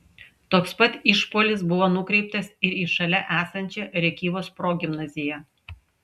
toks pat išpuolis buvo nukreiptas ir į šalia esančią rėkyvos progimnaziją